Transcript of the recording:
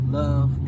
love